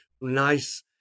nice